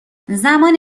زمان